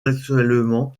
actuellement